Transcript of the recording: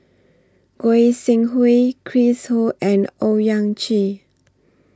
Goi Seng Hui Chris Ho and Owyang Chi